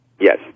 Yes